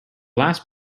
last